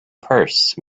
purse